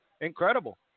incredible